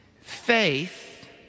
Faith